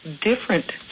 different